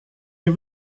nie